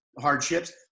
hardships